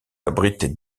abrite